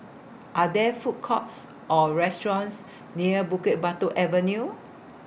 Are There Food Courts Or restaurants near Bukit Batok Avenue